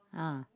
ah